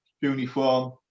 uniform